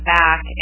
back